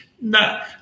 No